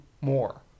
more